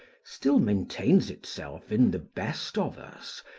still maintains itself in the best of us,